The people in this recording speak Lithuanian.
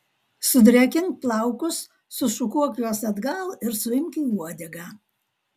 sudrėkink plaukus sušukuok juos atgal ir suimk į uodegą